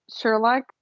Sherlock